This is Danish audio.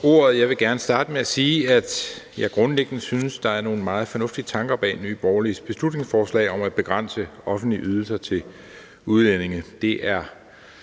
Jeg vil gerne starte med at sige, at jeg grundlæggende synes, der er nogle meget fornuftige tanker bag Nye Borgerliges beslutningsforslag om at begrænse offentlige ydelser til udlændinge.